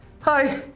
Hi